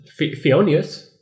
Fionius